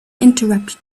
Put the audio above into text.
interrupted